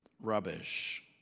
Rubbish